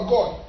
God